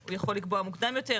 - הוא יכול לקבוע מוקדם יותר.